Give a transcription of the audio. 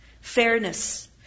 fairness